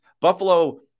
Buffalo